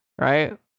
right